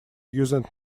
using